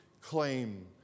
claim